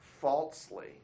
falsely